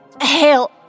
Hell